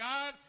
God